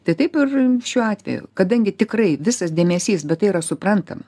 tai taip ir šiuo atveju kadangi tikrai visas dėmesys bet tai yra suprantam